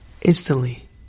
Instantly